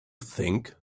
think